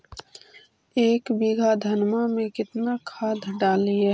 एक बीघा धन्मा में केतना खाद डालिए?